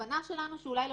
המטרה שלנו לא